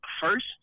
first